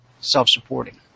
self-supporting